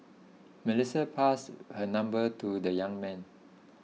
Melissa passed her number to the young man